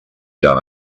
done